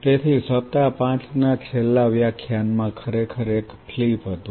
તેથી સપ્તાહ 5 ના છેલ્લા વ્યાખ્યાન માં ખરેખર એક ફ્લિપ હતું